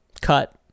Cut